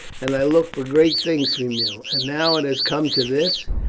and i looked for great things from you, and now it has come to this,